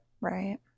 Right